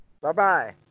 Bye-bye